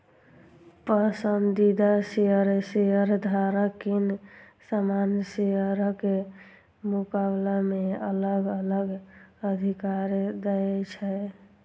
पसंदीदा शेयर शेयरधारक कें सामान्य शेयरक मुकाबला मे अलग अलग अधिकार दै छै